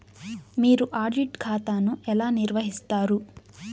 మీరు ఆడిట్ ఖాతాను ఎలా నిర్వహిస్తారు?